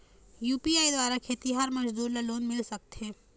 UPI द्वारा खेतीहर मजदूर ला लोन मिल सकथे?